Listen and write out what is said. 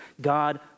God